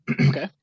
Okay